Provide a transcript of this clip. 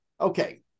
okay